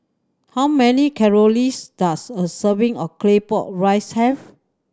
how many does a serving of Claypot Rice have